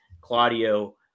Claudio